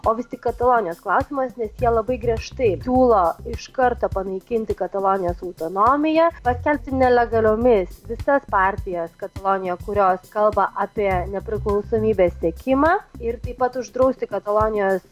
o vistik katalonijos klausimas nes jie labai griežtai siūlo iš karto panaikinti katalonijos autonomiją paskelbti nelegaliomis visas partijas katalonijoj kurios kalba apie nepriklausomybės siekimą ir taip pat uždrausti katalonijos